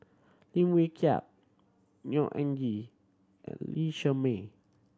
Lim Wee Kiak Neo Anngee and Lee Shermay